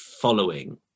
following